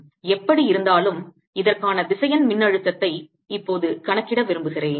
எப்படியிருந்தாலும் இதற்கான திசையன் மின்னழுத்தத்தை இப்போது கணக்கிட விரும்புகிறேன்